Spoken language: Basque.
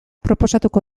proposatuko